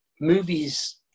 movies